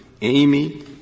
Amy